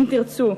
אם תרצו,